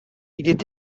est